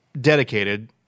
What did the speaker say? dedicated